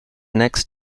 next